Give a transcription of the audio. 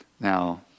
now